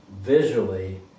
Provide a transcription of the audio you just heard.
visually